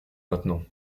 maintenant